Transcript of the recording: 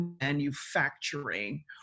manufacturing